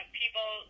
people